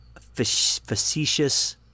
facetious